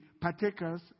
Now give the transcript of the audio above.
partakers